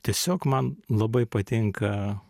tiesiog man labai patinka